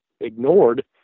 ignored